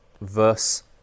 verse